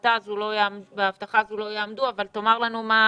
שבהבטחה הזו לא יעמדו אבל תאמר לנו מה